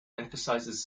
emphasizes